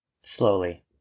Slowly